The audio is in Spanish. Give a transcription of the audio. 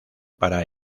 para